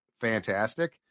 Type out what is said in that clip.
fantastic